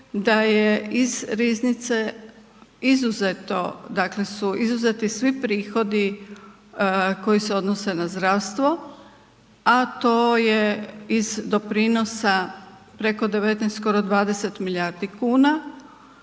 da je iz riznice izuzeto, dakle su izuzeti svi prihodi koji se odnose na zdravstvo, a to je iz doprinosa preko 19 skoro 20 milijardi kuna,